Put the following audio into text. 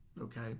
Okay